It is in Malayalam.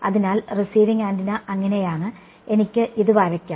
അതിനാൽ റിസീവിങ്ങ് ആന്റിന അങ്ങനെയാണ് എനിക്ക് ഇത് വരയ്ക്കാം